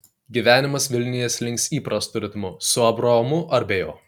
gyvenimas vilniuje slinks įprastu ritmu su abraomu ar be jo